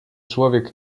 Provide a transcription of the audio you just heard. człowiek